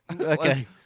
Okay